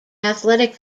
athletic